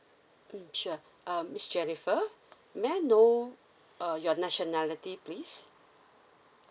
mm sure um miss jenifer may I know uh your nationality please